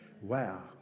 Wow